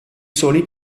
soli